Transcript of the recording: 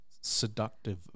seductive